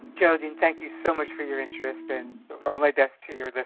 geraldine, thank you so much for your interest and all my best to your but